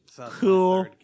Cool